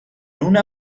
una